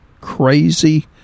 crazy